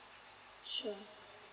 sure